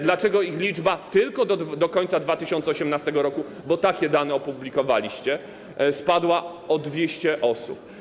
Dlaczego ich liczba tylko do końca 2018 r. - bo takie dane opublikowaliście - spadła o 200 osób?